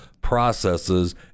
processes